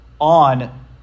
on